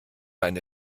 einen